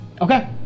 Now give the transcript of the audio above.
Okay